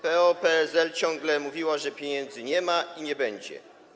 PO-PSL ciągle mówiła, że pieniędzy nie ma i nie będzie.